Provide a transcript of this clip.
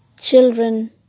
children